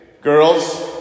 Girls